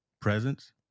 presence